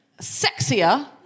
sexier